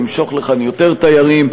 נמשוך לכאן יותר תיירים,